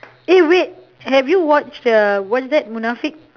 eh wait have you watched the what is that munafik